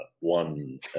one